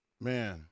man